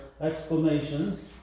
exclamations